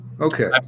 Okay